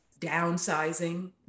downsizing